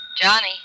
Johnny